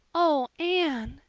oh, anne,